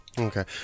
Okay